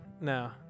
no